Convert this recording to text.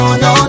no